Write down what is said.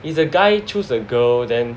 is a guy choose the girl then